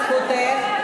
זכותך.